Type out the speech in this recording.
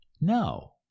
No